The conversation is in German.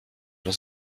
oder